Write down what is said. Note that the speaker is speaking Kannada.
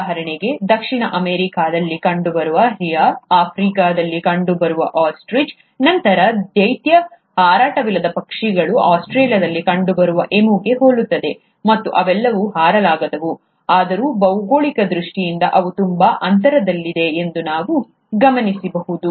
ಉದಾಹರಣೆಗೆ ದಕ್ಷಿಣ ಅಮೆರಿಕಾದಲ್ಲಿ ಕಂಡುಬರುವ ರಿಯಾ ಆಫ್ರಿಕಾದಲ್ಲಿ ಕಂಡುಬರುವ ಆಸ್ಟ್ರಿಚ್ನಂತಹ ದೈತ್ಯ ಹಾರಾಟವಿಲ್ಲದ ಪಕ್ಷಿಗಳು ಆಸ್ಟ್ರೇಲಿಯಾದಲ್ಲಿ ಕಂಡುಬರುವ ಎಮುಗೆ ಹೋಲುತ್ತವೆ ಮತ್ತು ಅವೆಲ್ಲವೂ ಹಾರಲಾಗದವು ಆದರೂ ಭೌಗೋಳಿಕ ದೃಷ್ಟಿಯಿಂದ ಅವು ತುಂಬಾ ಅಂತರದಲ್ಲಿವೆ ಎಂದು ಅವರು ಗಮನಿಸಿದರು